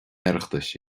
oireachtais